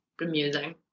amusing